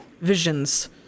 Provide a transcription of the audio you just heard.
visions